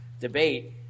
debate